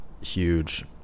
huge